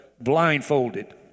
blindfolded